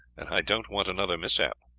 and i don't want another mishap.